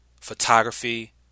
photography